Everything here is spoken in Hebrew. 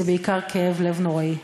זה בעיקר כאב לב נוראי.